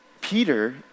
Peter